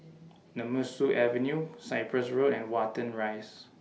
Nemesu Avenue Cyprus Road and Watten Rise